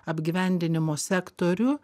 apgyvendinimo sektorių